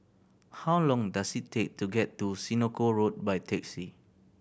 how long does it take to get to Senoko Road by taxi